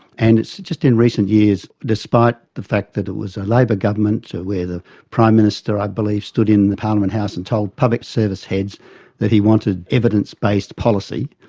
and it's just in recent years, despite the fact that it was a labor government where the prime minister i believe stood in parliament house and told public service heads that he wanted evidence-based policy,